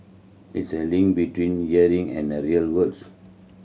it's a link between learning and the real world